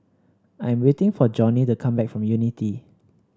I'm waiting for Johney to come back from Unity